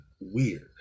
weird